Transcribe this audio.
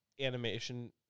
animation